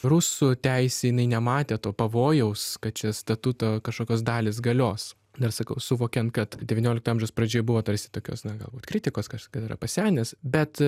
rusų teisiniai nematė to pavojaus kad čia statuto kažkokios dalys galios na ir sakau suvokiant kad devyniolikto amžiaus pradžioj buvo tarsi tokios na galbūt kritikos kas yra pasenęs bet